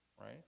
right